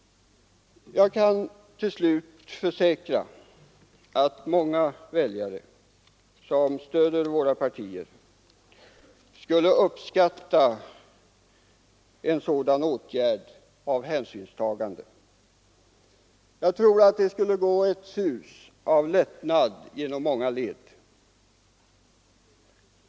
Jag kan till slut försäkra att många väljare som stöder våra partier skulle uppskatta en sådan här åtgärd med det hänsynstagande den innebär. Jag tror att det skulle gå ett sus av lättnad genom många led.